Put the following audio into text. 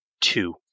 two